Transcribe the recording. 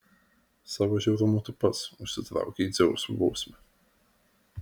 savo žiaurumu tu pats užsitraukei dzeuso bausmę